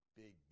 big